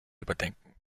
überdenken